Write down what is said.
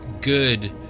good